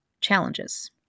challenges